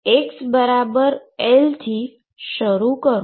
તમે xL થી શરૂ કરો